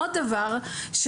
עוד דבר,